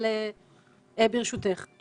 אבל ברשותך.